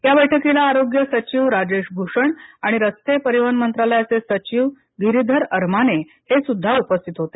या बैठकीला आरोग्य सचिव राजेश भूषण आणि रस्ते परिवहन मंत्रालयाचे सचिव गिरीधर अरमाने हे सुद्धा उपस्थित होते